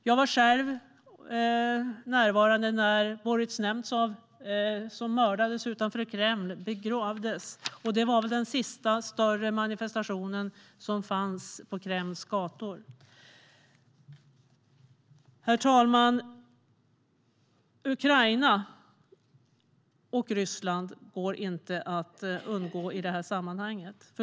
Jag var själv närvarande när Boris Nemtsov, som mördades utanför Kreml, begravdes. Det var väl den sista större manifestationen som gjordes på Kremls gator. Herr talman! Det går inte att undgå Ukraina och Ryssland i det här sammanhanget.